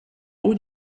would